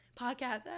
podcast